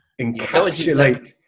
encapsulate